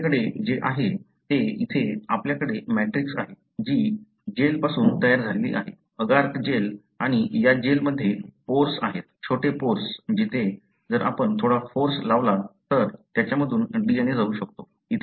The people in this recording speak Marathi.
आपल्याकडे जे आहे ते इथे आपल्याकडे मॅट्रिक्स आहे जी जेल पासून तयार झालेली आहे अगार जेल आणि या जेल मध्ये पोर्स आहेत छोटे पोर्स जिथे जर आपण थोडा फोर्स लावला तर त्याच्या मधून DNA जाऊ शकतो